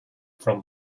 from